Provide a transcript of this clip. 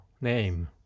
name